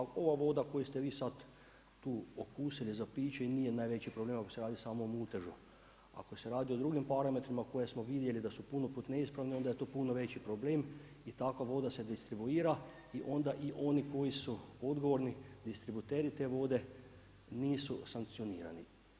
Ova voda koju ste vi sad tu okusili za piće i nije najveći problem ako se radi samo o mutežu, ako se radi o drugom parametrima koje smo vidjeli da su puno puta neispravni, onda je to puno veći problem i takva voda se distribuira i onda i oni koji su odgovorni distributeri te vode, nisu sankcionirani.